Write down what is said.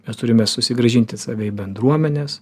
mes turime susigrąžinti save į bendruomenes